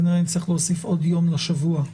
כנראה נצטרך להוסיף עוד יום לשבוע.